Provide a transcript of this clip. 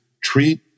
treat